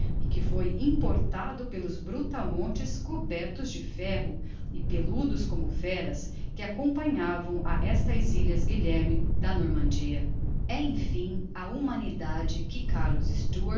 e que foi importado pelos brutamontes cobertos de ferro e pelludos como féras que acompanhavam a estas ilhas guilherme da normandia é emfim a humanidade que carlos